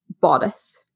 bodice